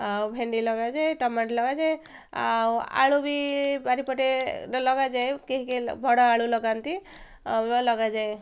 ଆଉ ଭେଣ୍ଡି ଲଗାଯାଏ ଟମାଟୋ ଲଗାଯାଏ ଆଉ ଆଳୁ ବି ପାରିପଟେ ଲଗାଯାଏ କେହି କେହି ବଡ଼ ଆଳୁ ଲଗାନ୍ତି ଲଗାଯାଏ